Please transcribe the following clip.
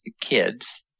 kids